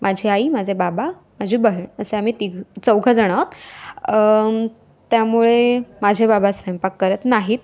माझी आई माझे बाबा माझी बहीण असे आम्ही तिघं चौघं जणं आहोत त्यामुळे माझे बाबा स्वयंपाक करत नाहीत